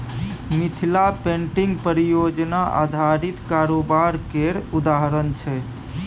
Mithila painting परियोजना आधारित कारोबार केर उदाहरण छै